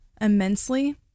immensely